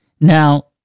Now